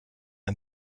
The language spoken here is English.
and